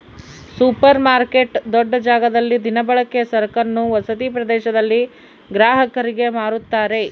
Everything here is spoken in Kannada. ಸೂಪರ್ರ್ ಮಾರ್ಕೆಟ್ ದೊಡ್ಡ ಜಾಗದಲ್ಲಿ ದಿನಬಳಕೆಯ ಸರಕನ್ನು ವಸತಿ ಪ್ರದೇಶದಲ್ಲಿ ಗ್ರಾಹಕರಿಗೆ ಮಾರುತ್ತಾರೆ